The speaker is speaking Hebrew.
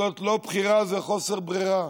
זו לא בחירה, זה חוסר ברירה,